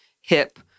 hip